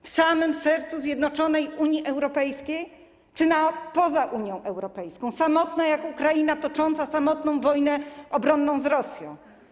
W samym sercu zjednoczonej Unii Europejskiej czy poza Unią Europejską, samotna jak Ukraina, która toczy samotną wojnę obronną z Rosją?